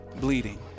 Bleeding